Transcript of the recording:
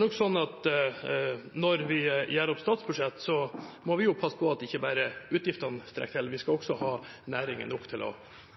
nok sånn at når vi gjør opp statsbudsjett, må vi ikke bare passe på at utgiftene strekker til – vi skal også ha næringer nok til å